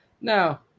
now